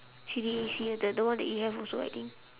C_D_A_C the the one that you have also I think